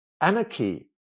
anarchy